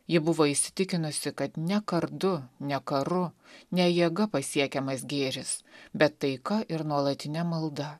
ji buvo įsitikinusi kad ne kardu ne karu ne jėga pasiekiamas gėris bet taika ir nuolatine malda